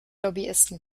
lobbyisten